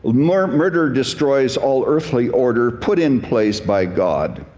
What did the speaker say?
murder destroys all earthly order put in place by god.